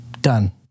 done